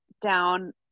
down